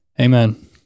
amen